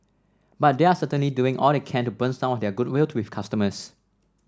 but they're certainly doing all they can to burn some of their goodwill with customers